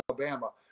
Alabama